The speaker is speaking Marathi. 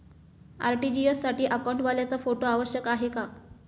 आर.टी.जी.एस साठी अकाउंटवाल्याचा फोटो आवश्यक आहे का?